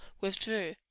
withdrew